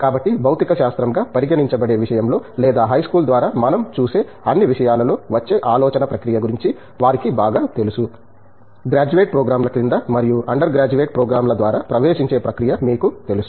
కాబట్టి భౌతిక శాస్త్రం గా పరిగణించబడే విషయంలో లేదా హైస్కూల్ ద్వారా మనం చూసే అన్ని విషయాలలో వచ్చే ఆలోచన ప్రక్రియ గురించి వారికి బాగా తెలుసు గ్రాడ్యుయేట్ ప్రోగ్రామ్ల క్రింద మరియు అండర్ గ్రాడ్యుయేట్ ప్రోగ్రామ్ల ద్వారా ప్రవేశించే ప్రక్రియ మీకు తెలుసు